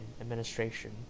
administration